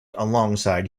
alongside